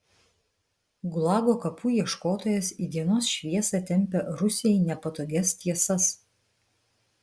gulago kapų ieškotojas į dienos šviesą tempia rusijai nepatogias tiesas